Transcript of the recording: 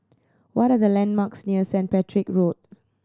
what are the landmarks near Saint Patrick Road